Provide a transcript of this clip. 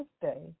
birthday